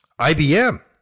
IBM